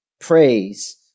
praise